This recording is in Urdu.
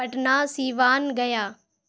پٹنہ سیوان گیا